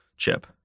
chip